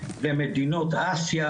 במדינות אסיה,